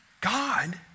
God